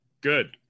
Good